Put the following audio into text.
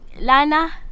Lana